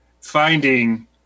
finding